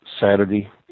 Saturday